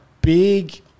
big